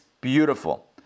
beautiful